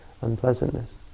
unpleasantness